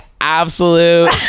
absolute